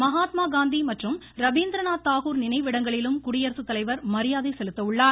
மகாத்மாகாந்தி தஷான்பேயில் உள்ள மற்றும் ரபீந்திரநாத் தாகூர் நினைவிடங்களிலும் குடியரசுத்தலைவர் மரியாதை செலுத்த உள்ளார்